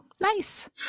Nice